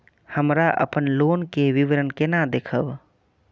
हमरा अपन लोन के विवरण केना देखब?